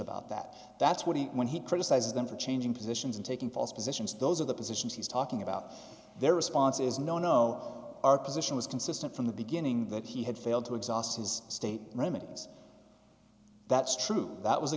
about that that's what he when he criticizes them for changing positions and taking false positions those are the positions he's talking about their response is no no our position was consistent from the beginning that he had failed to exhaust his state remedies that's true that was a